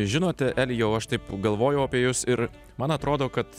žinote elijau aš taip galvojau apie jus ir man atrodo kad